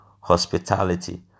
hospitality